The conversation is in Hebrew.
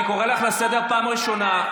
אני קורא אותך לסדר בפעם הראשונה.